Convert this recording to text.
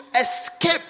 escape